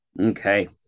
Okay